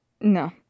No